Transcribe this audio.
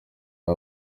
aho